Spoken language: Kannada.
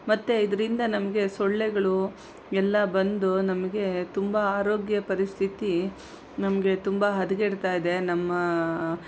ಮತ್ತೆ ಇದರಿಂದ ನಮಗೆ ಸೊಳ್ಳೆಗಳು ಎಲ್ಲ ಬಂದು ನಮಗೆ ತುಂಬ ಆರೋಗ್ಯ ಪರಿಸ್ಥಿತಿ ನಮಗೆ ತುಂಬ ಹದಗೆಡ್ತಾಯಿದೆ ನಮ್ಮ